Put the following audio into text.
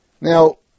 Now